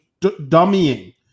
dummying